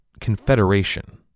confederation